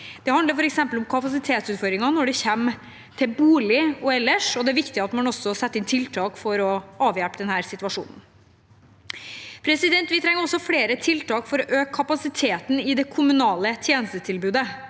Det handler f.eks. om kapasitetsutfordringer når det gjelder bolig og ellers, og det er viktig at man også setter inn tiltak for å avhjelpe denne situasjonen. Vi trenger også flere tiltak for å øke kapasiteten i det kommunale tjenestetilbudet.